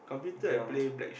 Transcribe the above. round